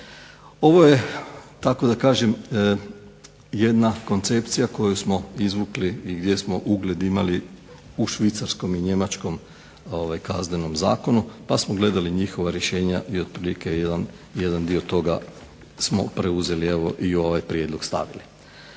Ovo je tako da kažem jedna koncepcija koju smo izvukli i gdje smo ugled imali u švicarskom i njemačkom Kaznenom zakonu, pa smo gledali njihova rješenja i otprilike jedan dio toga smo preuzeli evo i u ovaj prijedlog stavili.